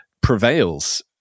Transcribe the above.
prevails